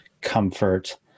comfort